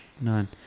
None